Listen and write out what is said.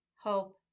hope